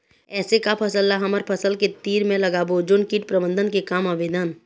ऐसे का फसल ला हमर फसल के तीर मे लगाबो जोन कीट प्रबंधन के काम आवेदन?